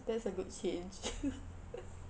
that's a good change